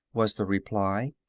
was the reply.